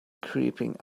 creeping